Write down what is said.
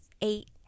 eight